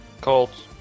Colts